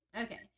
Okay